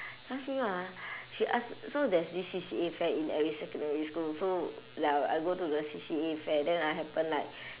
ask me what ah she asked so there's this C_C_A fair in every secondary school so like I'll I go to the C_C_A fair then I happen like